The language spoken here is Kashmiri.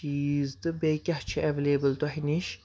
چیٖز تہٕ بیٚیہِ کیاہ چھُ ایویلیبٕل تۄہہِ نِش